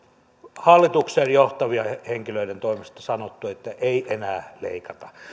hallituksen johtavien henkilöiden toimesta sanottu että ei enää leikata